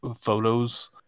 photos